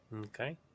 Okay